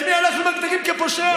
את מי אנחנו מגדירים כפושע?